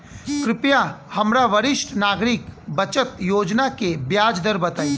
कृपया हमरा वरिष्ठ नागरिक बचत योजना के ब्याज दर बताई